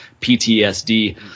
PTSD